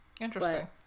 Interesting